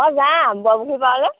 অঁ যাম বৰপুখুৰী পাৰলৈ